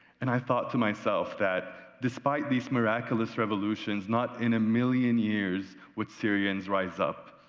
and i thought to myself that despite these miraculous revolutions, not in a million years would syrians rise up.